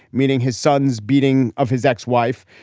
meaning his sons beating of his ex wife,